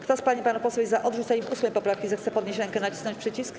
Kto z pań i panów posłów jest za odrzuceniem 8. poprawki, zechce podnieść rękę i nacisnąć przycisk.